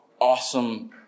awesome